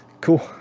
Cool